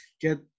get